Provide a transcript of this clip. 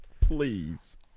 Please